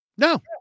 No